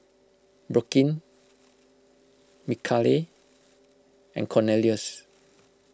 Brooklynn Michale and Cornelius